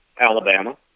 Alabama